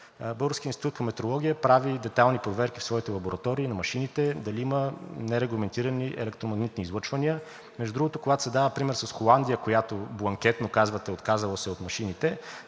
Българският институт по метрология прави детайлни проверки в своите лаборатории на машините дали има нерегламентирани електромагнитни излъчвания. Между другото, когато се дава пример с Холандия, която бланкетно, казвате, отказала се е от машините,